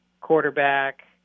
quarterback